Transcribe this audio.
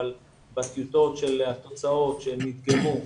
בטיוטות של התוצאות שנדגמו,